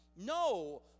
No